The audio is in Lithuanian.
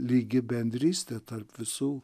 lygi bendrystė tarp visų